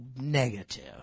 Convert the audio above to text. negative